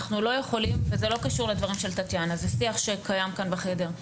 זה שיח שקיים כאן בחדר.